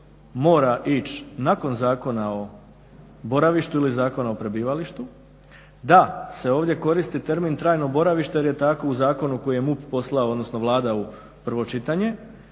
mora ići nakon Zakona o boravištu ili Zakona o prebivalištu, da se ovdje koristi termin trajno boravište jel je tako u zakonu koji je MUP poslao odnosno Vlada u prvo čitanje,